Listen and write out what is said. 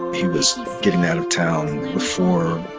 he was getting out of town before,